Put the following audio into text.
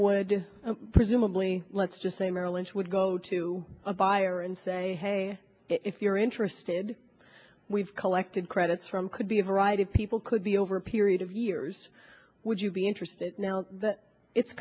would presumably let's just say merrill lynch would go to a buyer and say hey if you're interested we've collected credits from could be a variety of people could be over a period of years would you be interested now that it's